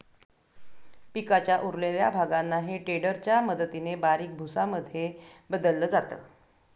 पिकाच्या उरलेल्या भागांना हे टेडर च्या मदतीने बारीक भुसा मध्ये बदलल जात